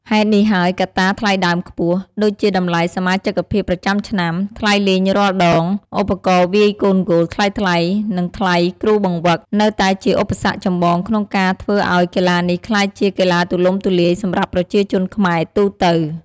ហេតុនេះហើយ កត្តា ថ្លៃដើមខ្ពស់ ដូចជាតម្លៃសមាជិកភាពប្រចាំឆ្នាំ ថ្លៃលេងរាល់ដង ឧបករណ៍វាយកូនហ្គោលថ្លៃៗ និងថ្លៃគ្រូបង្វឹក នៅតែជាឧបសគ្គចម្បងក្នុងការធ្វើឲ្យកីឡានេះក្លាយជាកីឡាទូលំទូលាយសម្រាប់ប្រជាជនខ្មែរទូទៅ។